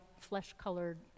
flesh-colored